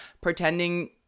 pretending